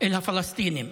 אל הפלסטינים,